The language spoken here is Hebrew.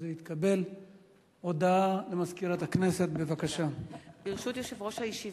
של מצלמות אבטחה וסייג למסירת מידע מוועדת הפנים והגנת הסביבה